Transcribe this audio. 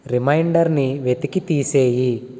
రిమైండర్ని వెతికి తీసేయి